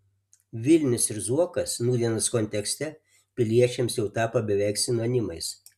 vilnius ir zuokas nūdienos kontekste piliečiams jau tapo beveik sinonimais